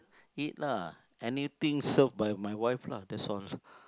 eat lah anything served by my wife lah that's all